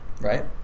Right